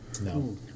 No